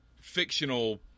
fictional